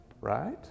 right